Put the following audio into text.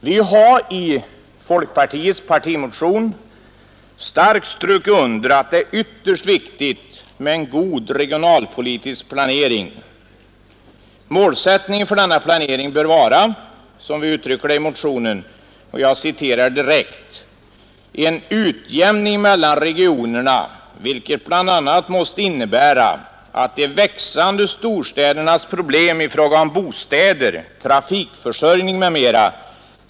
Vi har i vår partimotion starkt strukit under att det är ytterst viktigt med en god regionalpolitisk planering. Målsättningen för denna planering bör vara — som vi uttryckt det i motionen — ”utjämning mellan regionerna, vilket bl.a. måste innebära att de växande storstädernas problem i fråga om bostäder, trafikförsörjning etc.